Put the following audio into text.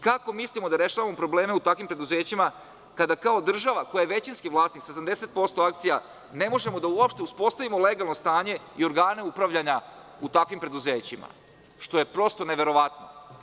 Kako mislimo da rešavamo probleme u takvim preduzećima kada kao država koja je većinski vlasnik sa 70% akcija ne možemo uopšte da uspostavimo legalno stanje i organe upravljanja u takvim preduzećima, što je prosto neverovatno.